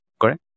correct